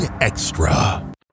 Extra